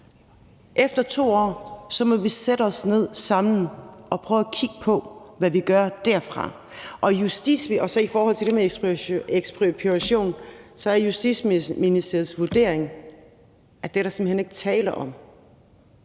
Efter 2 år må vi sætte os ned sammen og prøve at kigge på, hvad vi gør derfra. Og i forhold til det med ekspropriation er det Justitsministeriets vurdering, at det er der simpelt hen ikke tale om.